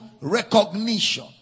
recognition